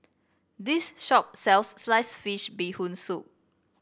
this shop sells slice fish Bee Hoon Soup